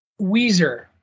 Weezer